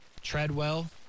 Treadwell